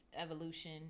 evolution